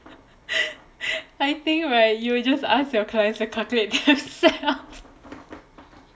I think right you will just ask your clients to calculate themselves